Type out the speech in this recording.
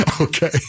okay